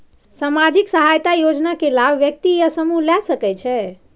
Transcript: सामाजिक सहायता योजना के लाभ व्यक्ति या समूह ला सकै छै?